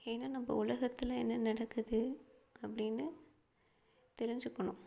ஏன்னா நம்ம உலகத்தில் என்ன நடக்குது அப்படின்னு தெரிஞ்சுக்கணும்